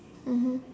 mmhmm